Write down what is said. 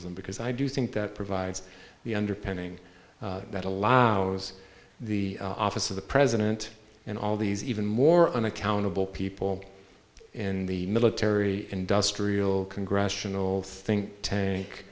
m because i do think that provides the underpinning that allows the office of the president and all these even more unaccountable people in the military industrial congressional think tank